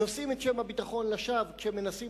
נושאים את שם הביטחון לשווא כשמנסים